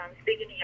speaking